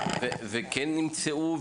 אוקיי, האם כן נמצאו?